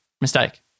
mistake